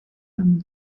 ein